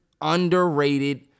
underrated